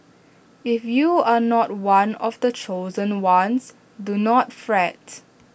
if you are not one of the chosen ones do not fret